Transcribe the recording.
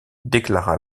déclara